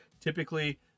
Typically